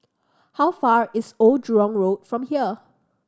how far away is Old Jurong Road from here